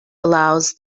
allows